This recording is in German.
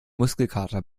muskelkater